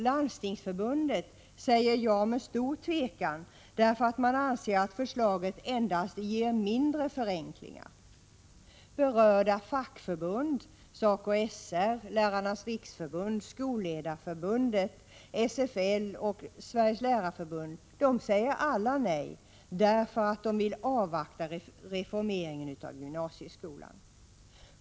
Landstingsförbundet säger ja med stor tvekan, därför att man anser att förslaget endast ger mindre förenklingar. Berörda fackförbund, SACO/SR, Lärarnas riksförbund, Skolledarförbundet, SFL och Sveriges Lärarförbund, säger alla nej därför att de vill avvakta reformeringen av gymnasieskolan.